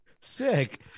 sick